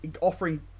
offering